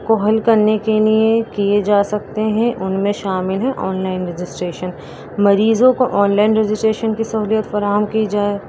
کو حل کرنے کے لئیں کیے جا سکتے ہیں ان میں شامل ہیں آن لائن رجسٹریشن مریضوں کو آن لائن رجسٹریشن کی سہولیت فراہم کی جائے